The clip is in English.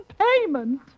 payment